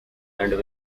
and